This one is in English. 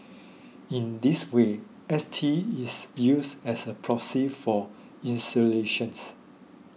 in this way S T is used as a proxy for insolations